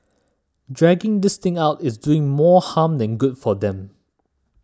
dragging this thing out is doing more harm than good for them